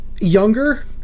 younger